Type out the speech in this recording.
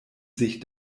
sich